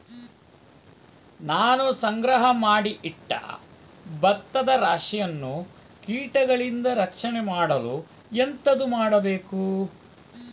ನಾನು ಸಂಗ್ರಹ ಮಾಡಿ ಇಟ್ಟ ಭತ್ತದ ರಾಶಿಯನ್ನು ಕೀಟಗಳಿಂದ ರಕ್ಷಣೆ ಮಾಡಲು ಎಂತದು ಮಾಡಬೇಕು?